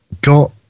got